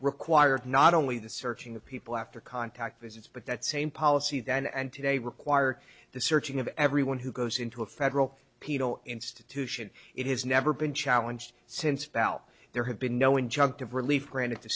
required not only the searching of people after contact visits but that same policy then and today require the searching of everyone who goes into a federal penal institution it has never been challenged since about there have been no injunctive relief granted to